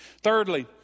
Thirdly